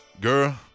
Girl